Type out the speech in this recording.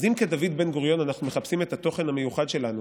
אז אם כדוד בן-גוריון אנחנו מחפשים את התוכן המיוחד שלנו